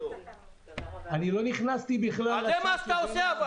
זה מה שאתה עושה.